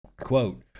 Quote